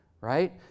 right